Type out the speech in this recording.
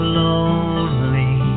lonely